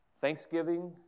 Thanksgiving